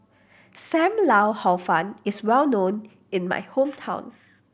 Sam Lau Hor Fun is well known in my hometown